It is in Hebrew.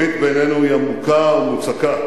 ושום מנהיג אחראי לא היה מסכים לכך.